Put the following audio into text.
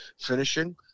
finishing